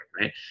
right